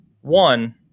one